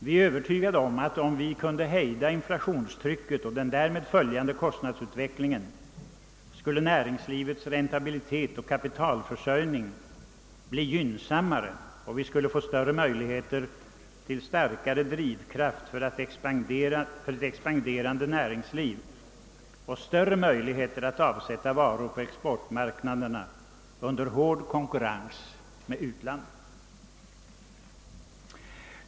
Vi är övertygade om att ifall vi kunde hejda inflationstrycket och den därmed följande kostnadsutvecklingen, skulle näringslivets räntabilitet och kapitalförsörjning bli gynnsammare och vi skulle få större möjligheter för näringslivet att expandera och större möjligheter att av sätta varor på exportmarknaderna under hård konkurrens med utlandet.